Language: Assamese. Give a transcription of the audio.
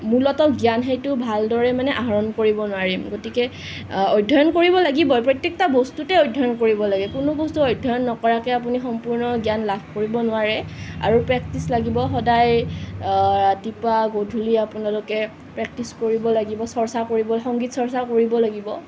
মূলত জ্ঞান সেইটো ভাল দৰে মানে আহৰণ কৰিব নোৱাৰিম গতিকে অধ্যয়ন কৰিব লাগিব প্ৰত্যেকটা বস্তুটে অধ্যয়ন কৰিব লাগিব কোনো বস্তু অধ্যয়ন নকৰাকৈ আপুনি সম্পূৰ্ণ জ্ঞান লাভ কৰিব নোৱাৰে আৰু প্ৰেক্টিছ লাগিব সদায় ৰাতিপুৱা গধূলি আপোনালোকে প্ৰেক্টিছ কৰিব লাগিব চৰ্চা কৰিব সংগীত চৰ্চা কৰিব লাগিব